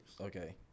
okay